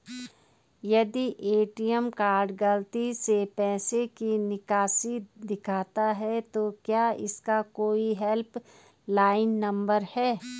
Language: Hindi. यदि ए.टी.एम कार्ड गलती से पैसे की निकासी दिखाता है तो क्या इसका कोई हेल्प लाइन नम्बर है?